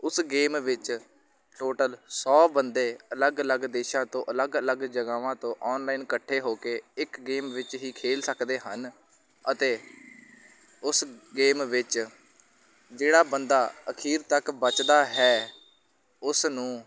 ਉਸ ਗੇਮ ਵਿੱਚ ਟੋਟਲ ਸੌ ਬੰਦੇ ਅਲੱਗ ਅਲੱਗ ਦੇਸ਼ਾਂ ਤੋਂ ਅਲੱਗ ਅਲੱਗ ਜਗ੍ਹਾਵਾਂ ਤੋਂ ਔਨਲਾਈਨ ਇਕੱਠੇ ਹੋ ਕੇ ਇੱਕ ਗੇਮ ਵਿੱਚ ਹੀ ਖੇਲ ਸਕਦੇ ਹਨ ਅਤੇ ਉਸ ਗੇਮ ਵਿੱਚ ਜਿਹੜਾ ਬੰਦਾ ਅਖੀਰ ਤੱਕ ਬੱਚਦਾ ਹੈ ਉਸ ਨੂੰ